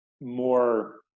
more